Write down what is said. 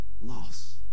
lost